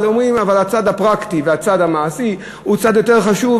אבל אומרים: הצד הפרקטי והצד המעשי הוא צד יותר חשוב,